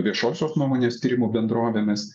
viešosios nuomonės tyrimų bendrovėmis